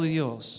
Dios